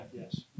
yes